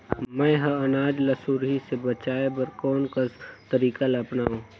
मैं ह अनाज ला सुरही से बचाये बर कोन कस तरीका ला अपनाव?